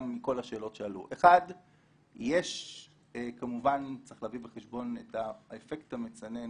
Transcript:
מכל השאלות שעלו כמובן צריך להביא בחשבון את האפקט המצנן